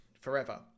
forever